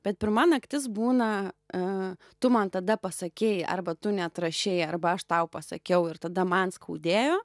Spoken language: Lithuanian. bet pirma naktis būna a tu man tada pasakei arba tu neatrašei arba aš tau pasakiau ir tada man skaudėjo